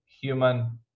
human